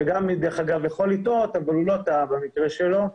שגם יכול לטעות, אבל הוא לא טעה במקרה שלו,